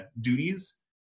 duties